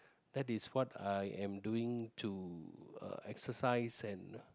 that is what I am doing to uh exercise and